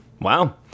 Wow